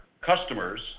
customers